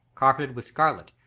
carpeted with scarlet,